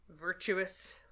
virtuous